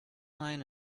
mine